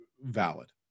valid